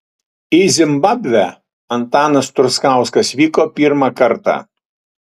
į zimbabvę antanas truskauskas vyko pirmą kartą